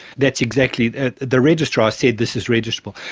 that's exactly. the the registrar said this is registerable.